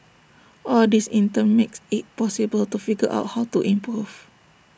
all this in turn makes IT possible to figure out how to improve